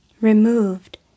removed